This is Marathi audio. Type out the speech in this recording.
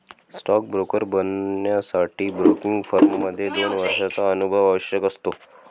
स्टॉक ब्रोकर बनण्यासाठी ब्रोकिंग फर्म मध्ये दोन वर्षांचा अनुभव आवश्यक असतो